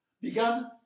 began